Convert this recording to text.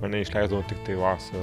mane išleisdavo tiktai vasarą